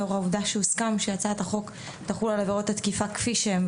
לאור העובדה שהוסכם שהצעת החוק תחול על עבירות התקיפה כפי שהן,